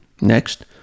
Next